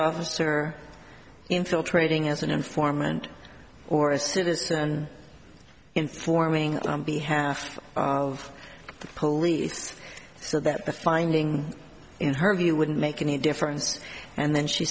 officer infiltrating as an informant or a citizen informing on behalf of the police so that the finding in her view wouldn't make any difference and then she